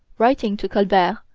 writing to colbert,